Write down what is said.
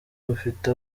bufite